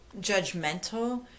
judgmental